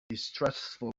distrustful